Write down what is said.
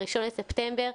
ל-1 בספטמבר,